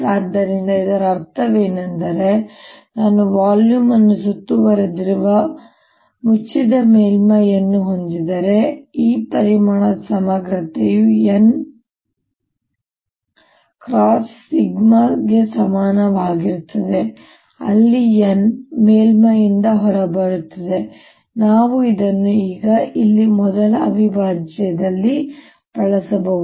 ಆದ್ದರಿಂದ ಇದರ ಅರ್ಥವೇನೆಂದರೆ ನಾನು ವಾಲ್ಯೂಮ್ ಅನ್ನು ಸುತ್ತುವರೆದಿರುವ ಮುಚ್ಚಿದ ಮೇಲ್ಮೈಯನ್ನು ಹೊಂದಿದ್ದರೆ ಈ ಪರಿಮಾಣದ ಸಮಗ್ರತೆಯು n × 𝛔 ಸಮನಾಗಿರುತ್ತದೆ ಅಲ್ಲಿ n ಈ ಮೇಲ್ಮೈಯಿಂದ ಹೊರಬರುತ್ತದೆ ನಾವು ಇದನ್ನು ಈಗ ಇಲ್ಲಿ ಮೊದಲ ಅವಿಭಾಜ್ಯದಲ್ಲಿ ಬಳಸಬಹುದು